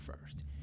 first